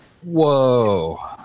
Whoa